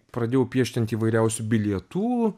pradėjau piešti ant įvairiausių bilietų